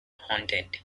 haunted